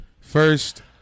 first